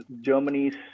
Germany's